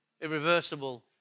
irreversible